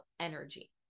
energy